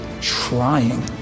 trying